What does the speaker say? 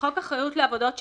חוק אחריות לעבודות שיפוצים,